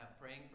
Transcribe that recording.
praying